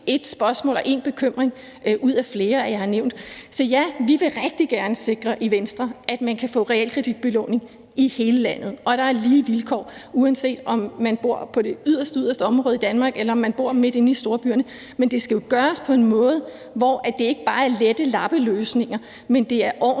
ét spørgsmål og én bekymring ud af flere, jeg har nævnt. Så ja, vi vil i Venstre rigtig gerne sikre, at man kan få realkreditbelåning i hele landet, og at der er lige vilkår, uanset om man bor på det yderste, yderste område i Danmark, eller om man bor midt inde i storbyerne. Men det skal jo gøres på en måde, hvor det ikke bare er lette lappeløsninger, men hvor det